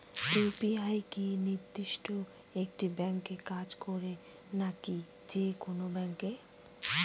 UPI কি নির্দিষ্ট একটি ব্যাংকে কাজ করে নাকি যে কোনো ব্যাংকে?